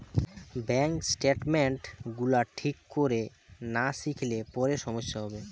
bank statement গুলা ঠিক কোরে না লিখলে পরে সমস্যা হবে